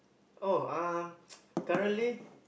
oh um currently